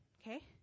Okay